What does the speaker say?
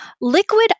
liquid